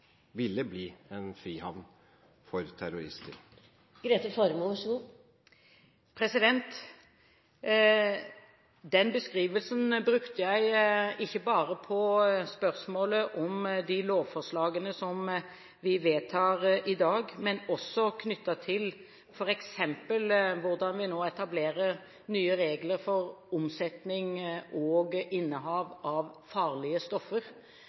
ville bli en frihavn for terrorister? Den beskrivelsen brukte jeg ikke bare på spørsmålet om de lovforslagene som vi vedtar i dag, men også knyttet til f.eks. hvordan vi nå etablerer nye regler for omsetning og innehav av farlige stoffer.